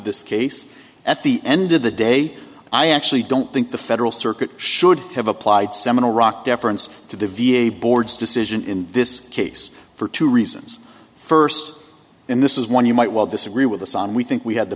this case at the end of the day i actually don't think the federal circuit should have applied seminal rock deference to the v a board's decision in this case for two reasons first and this is one you might well disagree with us on we think we had the